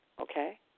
okay